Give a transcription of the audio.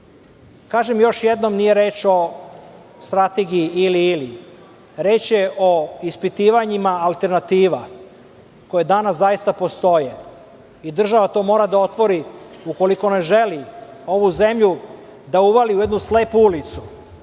Kažem još jednom da nije reč o strategiji ili-ili. Reč je o ispitivanjima alternativa koje danas postoje i država to mora da otvori ukoliko ne želi ovu zemlju da uvali u jednu slepu ulicu,